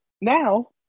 now